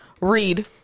read